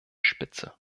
spitze